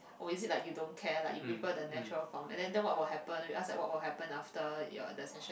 oh is it like you don't care like you prefer the natural form and then then what will happen we ask like what will happen after your the session